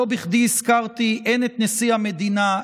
לא בכדי הזכרתי הן את נשיא המדינה,